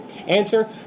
Answer